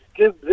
give